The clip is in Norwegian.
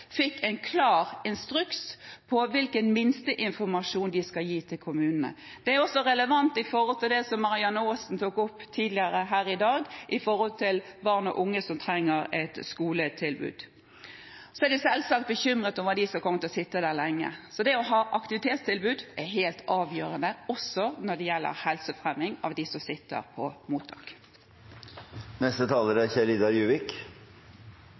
skal gi til kommunene. Det er også relevant når det gjelder det som Marianne Aasen tok opp tidligere her i dag, om barn og unge som trenger et skoletilbud. Jeg er selvsagt bekymret for dem som kommer til å sitte der lenge. Det å ha aktivitetstilbud er helt avgjørende, også når det gjelder helsefremming for dem som sitter på mottak. Arbeid til alle er